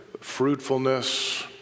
fruitfulness